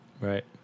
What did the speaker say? Right